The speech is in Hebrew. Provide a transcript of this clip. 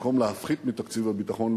במקום להפחית מתקציב הביטחון,